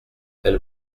elle